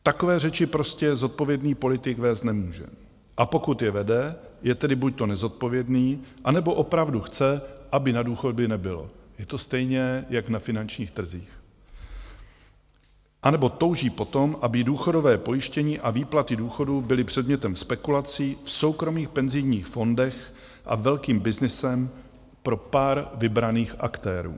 Takové řeči prostě zodpovědný politik vést nemůže, a pokud je vede, je tedy buďto nezodpovědný, anebo opravdu chce, aby na důchody nebylo je to stejné jak na finančních trzích anebo touží po tom, aby důchodové pojištění a výplaty důchodů byly předmětem spekulací v soukromých penzijních fondech a velkým byznysem pro pár vybraných aktérů.